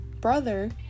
brother